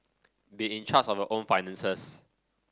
be in charge of a own finances